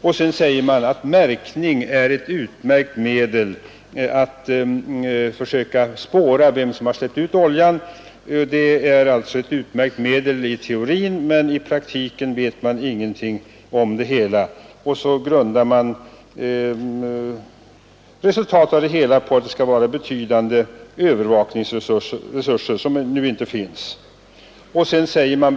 Vidare säger man att märkning är ett utmärkt medel för att spåra den som har släppt ut oljan. Ja, det är ett utmärkt medel i teorin, men i praktiken vet man ingenting om det hela. Man grundar också resultatet på att det skall finnas betydande övervakningsresurser, som nu inte existerar.